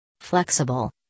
Flexible